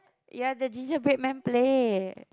ya the gingerbread man play